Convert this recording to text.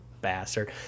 bastard